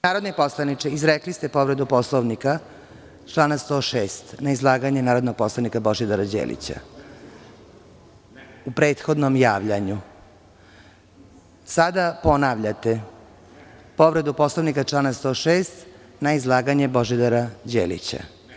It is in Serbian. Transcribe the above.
Narodni poslaniče, izrekli ste povredu Poslovnika člana 106. na izlaganje narodnog poslanika Božidara Đelića, u prethodnom javljanju? (Zoran Babić, s mesta: Ne.) Sada ponavljate povredu poslovnika član 106. na izlaganje Božidara Đelića.